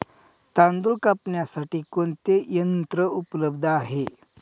तांदूळ कापण्यासाठी कोणते यंत्र उपलब्ध आहे?